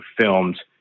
filmed